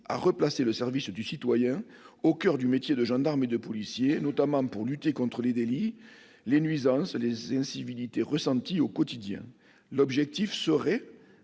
à replacer « le service du citoyen au coeur du métier de gendarme et de policier », notamment pour « lutter contre les délits, les nuisances, les incivilités ressenties au quotidien ». L'objectif serait-